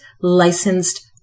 licensed